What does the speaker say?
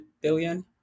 billion